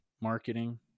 marketing